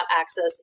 access